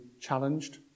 challenged